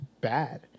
bad